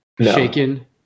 shaken